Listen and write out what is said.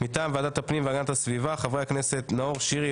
מטעם ועדת הפנים והגנת הסביבה חברי הכנסת: נאור שירי,